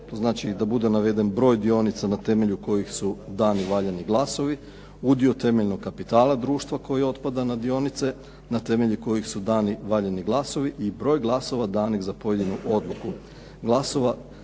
To znači da bude naveden broj dionica na temelju kojih su dani valjani glasovi, udio temeljnog kapitala društva koji otpada na dionice na temelju kojih su dani valjani glasovi i broj glasova danih za pojedinu odluku, glasova